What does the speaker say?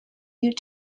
due